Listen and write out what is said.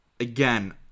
Again